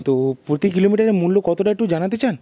তো প্রতি কিলোমিটারে মূল্য কতটা একটু জানাতে চান